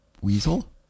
weasel